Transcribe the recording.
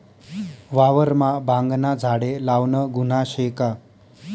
वावरमा भांगना झाडे लावनं गुन्हा शे का?